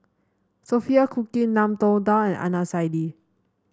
Sophia Cooke Ngiam Tong Dow and Adnan Saidi